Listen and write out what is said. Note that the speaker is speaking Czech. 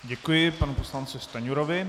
Děkuji panu poslanci Stanjurovi.